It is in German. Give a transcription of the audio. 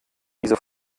wieso